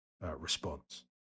response